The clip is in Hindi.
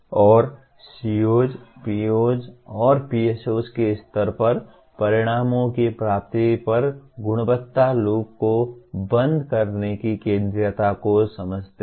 और COs POs और PSOs के स्तर पर परिणामों की प्राप्ति पर गुणवत्ता लूप को बंद करने की केंद्रीयता को समझते हैं